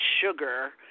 sugar